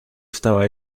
estaba